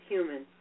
Human